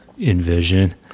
envision